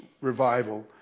Revival